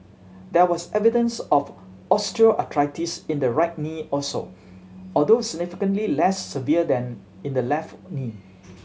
there was evidence of osteoarthritis in the right knee also although significantly less severe than in the left knee